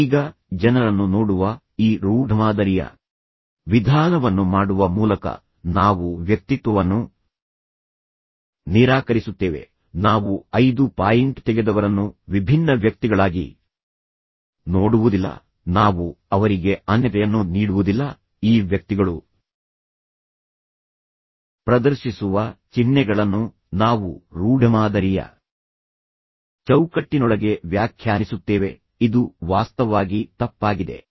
ಈಗ ಜನರನ್ನು ನೋಡುವ ಈ ರೂಢಮಾದರಿಯ ವಿಧಾನವನ್ನು ಮಾಡುವ ಮೂಲಕ ನಾವು ವ್ಯಕ್ತಿತ್ವವನ್ನು ನಿರಾಕರಿಸುತ್ತೇವೆ ನಾವು ೫ ಪಾಯಿಂಟ್ ತೆಗೆದವರನ್ನು ವಿಭಿನ್ನ ವ್ಯಕ್ತಿಗಳಾಗಿ ನೋಡುವುದಿಲ್ಲ ನಾವು ಅವರಿಗೆ ಅನನ್ಯತೆಯನ್ನು ನೀಡುವುದಿಲ್ಲ ಈ ವ್ಯಕ್ತಿಗಳು ಪ್ರದರ್ಶಿಸುವ ಚಿಹ್ನೆಗಳನ್ನು ನಾವು ರೂಢಮಾದರಿಯ ಚೌಕಟ್ಟಿನೊಳಗೆ ವ್ಯಾಖ್ಯಾನಿಸುತ್ತೇವೆ ಇದು ವಾಸ್ತವವಾಗಿ ತಪ್ಪಾಗಿದೆ